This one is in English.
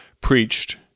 preached